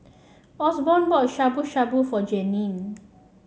Osborne bought Shabu Shabu for Jeannine